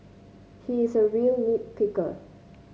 he is a real nit picker